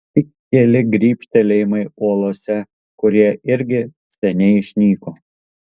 tik keli grybštelėjimai uolose kurie irgi seniai išnyko